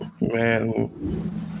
Man